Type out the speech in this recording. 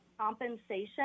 compensation